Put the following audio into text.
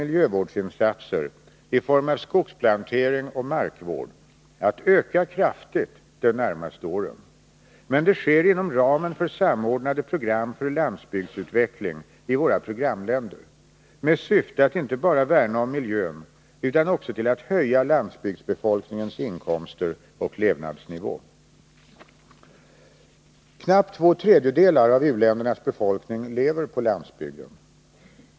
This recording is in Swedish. miljövårdsinsatser i form av skogsplantering och markvård att öka kraftigt de närmaste åren. Men det sker inom ramen för samordnade program för landsbygdsutveckling i våra programländer med syfte att inte bara värna om miljön utan också att höja landsbygdsbefolkningens inkomster och levnadsnivå. Knappt två tredjedelar av u-ländernas befolkning lever på landsbygden.